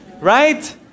Right